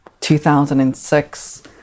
2006